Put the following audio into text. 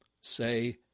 Say